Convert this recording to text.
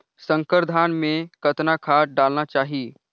संकर धान मे कतना खाद डालना चाही?